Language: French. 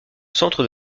centre